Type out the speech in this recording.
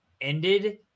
ended